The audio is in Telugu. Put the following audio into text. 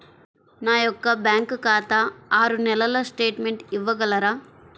నా యొక్క బ్యాంకు ఖాతా ఆరు నెలల స్టేట్మెంట్ ఇవ్వగలరా?